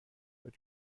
but